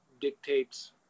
dictates